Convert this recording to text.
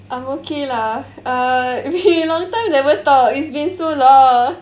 I'm okay lah err we long time never talk it's been so long